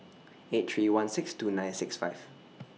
eight three one six two nine six five